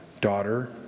daughter